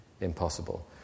impossible